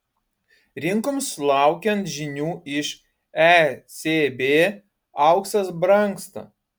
rinkoms laukiant žinių iš ecb auksas brangsta